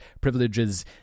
Privileges